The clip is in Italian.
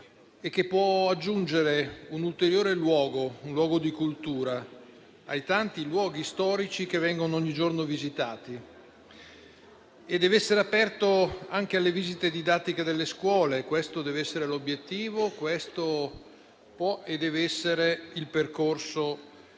e che può aggiungere un ulteriore luogo di cultura ai tanti luoghi storici che ogni giorno vengono visitati. Deve essere aperto anche alle visite didattiche delle scuole: questo deve essere l'obiettivo, questo può e deve essere il percorso